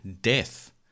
Death